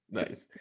nice